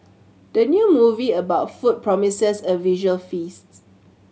the new movie about food promises a visual feasts